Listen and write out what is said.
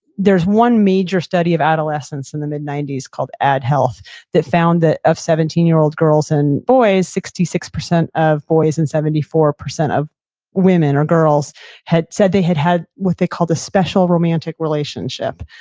there's one major study of adolescence in the mid ninety s called add health that found that of seventeen year old girls and boys, sixty six percent of boys and seventy four percent of women or girls had said they had had what they called a special romantic relationship.